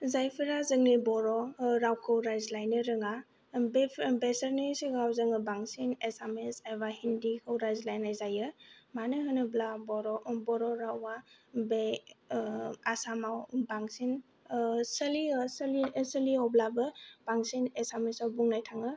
जायफोरा जोंनि बर' रावखौ रायज्लायनो रोङा बेसोरनि सिगाङाव जोङो बांसिन एसामिस एबा हिन्दीखौ रायज्लायनाय जायो मानो होनोब्ला बर' रावा बे ओ आसामाव बांसिन सोलियो ओ अब्लाबो बांसिन आसामिसाव बुंनाय थाङो